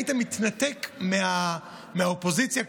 היית מתנתק מהאופוזיציה-קואליציה,